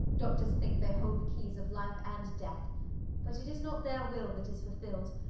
doctors think they hold the keys of life and death but it is not their will that is fulfilled.